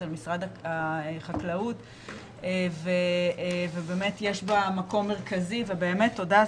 על משרד החקלאות ובאמת יש בה מקום מרכזי ובאמת תודה,